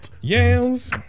Yams